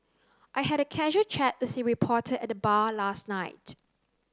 I had a casual chat with a reporter at the bar last night